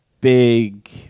Big